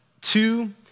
two